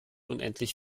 unendlich